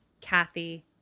Kathy